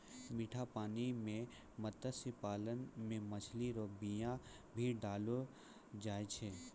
मीठा पानी मे मत्स्य पालन मे मछली रो बीया भी डाललो जाय छै